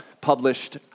published